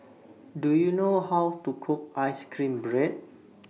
Do YOU know How to Cook Ice Cream Bread